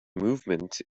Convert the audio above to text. movement